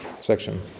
section